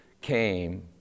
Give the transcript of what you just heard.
came